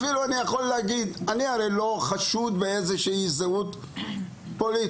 אני, הרי, לא חשוד באיזו שהיא זהות פוליטית.